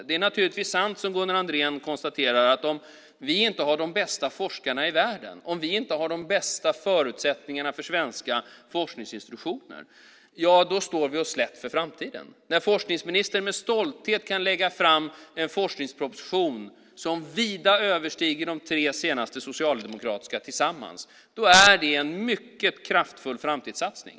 Det är naturligtvis sant, som Gunnar Andrén konstaterar, att om vi inte har de bästa forskarna i världen och om vi inte har de bästa förutsättningarna för svenska forskningsinstitutioner, ja, då står vi oss slätt för framtiden. När forskningsministern med stolthet kan lägga fram en forskningsproposition som vida överstiger de tre senaste socialdemokratiska tillsammans är det en mycket kraftfull framtidssatsning.